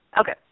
Okay